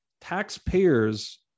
taxpayers